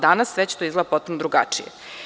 Danas već to izgleda potpuno drugačije.